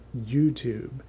YouTube